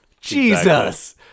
Jesus